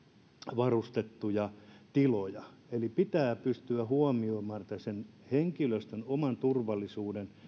varustettuja tiloja eli tämä pitää pystyä huomioimaan ja sen henkilöstön oman turvallisuuden